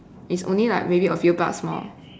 is only like maybe a few bucks more